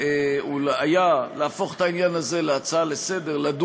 היה להפוך את העניין הזה להצעה לסדר-היום,